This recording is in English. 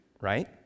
right